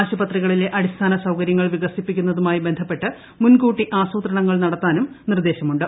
ആശുപത്രികളിലെ അടിസ്ഥാന സൌകര്യങ്ങൾ വികസിപ്പിക്കുന്നതുമായി ബന്ധപ്പെട്ട് മുൻകൂട്ടി ആസൂത്രണങ്ങൾ നടത്താനും നിർദ്ദേശിച്ചിട്ടുണ്ട്